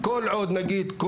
כל עוד נגיד,